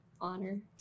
honor